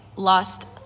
lost